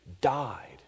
died